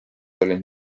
olid